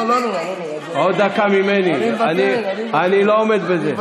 אני לא עומד בזה.